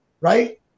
Right